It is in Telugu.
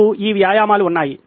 మనకు ఈ అభ్యాసములు ఉన్నాయి